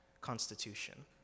constitution